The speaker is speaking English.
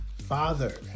Father